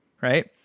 right